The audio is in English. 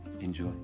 Enjoy